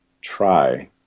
try